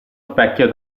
specchio